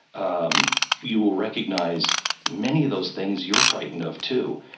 um you will recognize many of those things you're frightened of too.